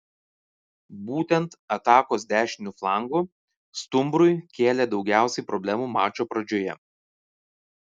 būtent atakos dešiniu flangu stumbrui kėlė daugiausiai problemų mačo pradžioje